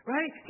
Right